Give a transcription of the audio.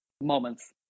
moments